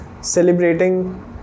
...celebrating